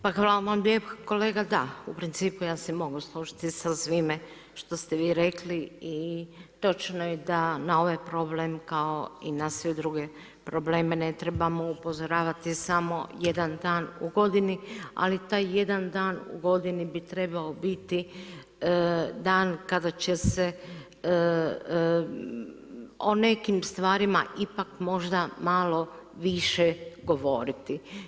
Pa hvala vam kolega, da, u principu ja se mogu složiti sa svime što ste vi rekli i točno je da na ovaj problem kao i na sve druge probleme ne trebamo upozoravati samo jedna dan u godini, ali taj jedan dan u godini bi trebao biti dan kada će se o nekim stvarima ipak možda malo više govoriti.